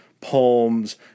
poems